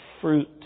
fruit